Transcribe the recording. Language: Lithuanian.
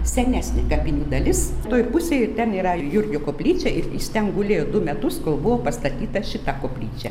senesnė kapinių dalis toj pusėj ten yra jurgio koplyčia ir jis ten gulėjo du metus kol buvo pastatyta šita koplyčia